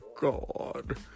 God